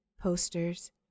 posters